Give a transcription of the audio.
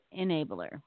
enabler